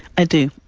i do.